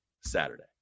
Saturday